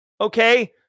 Okay